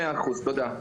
מאה אחוז תודה,